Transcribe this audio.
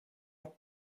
être